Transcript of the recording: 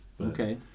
Okay